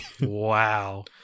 Wow